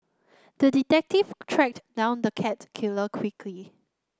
the detective tracked down the cat killer quickly